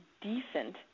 decent